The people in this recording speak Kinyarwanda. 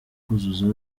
kuzuza